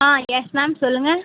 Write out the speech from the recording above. ஆ yes ma'am சொல்லுங்கள்